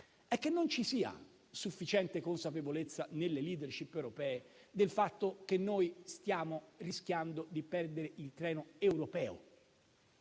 è che non ci sia sufficiente consapevolezza nelle *leadership* europee del fatto che stiamo rischiando di perdere il treno europeo.